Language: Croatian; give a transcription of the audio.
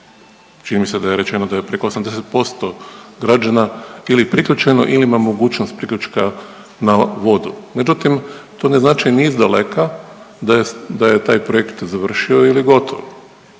Čini mi se da je rečeno da je preko 80% građana ili priključeno ili mogućnost priključka na vodu. Međutim, to ne znači ni izdaleka da je taj projekt završio ili gotov.